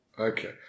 Okay